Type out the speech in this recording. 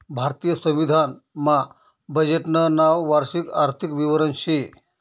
भारतीय संविधान मा बजेटनं नाव वार्षिक आर्थिक विवरण शे